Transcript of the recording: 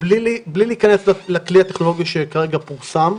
בלי להיכנס לכלי הטכנולוגי שכרגע פורסם,